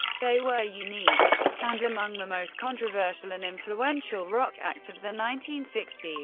they were unique and among the most controversial and influential rock acts of the nineteen sixty